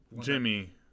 Jimmy